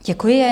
Děkuji.